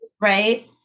right